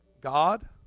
god